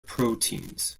proteins